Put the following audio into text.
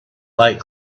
fight